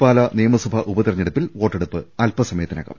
പാലാ നിയമസഭാ ഉപതിരഞ്ഞെടുപ്പിൽ വോട്ടെടുപ്പ് അൽപ്പസമ യത്തിനകം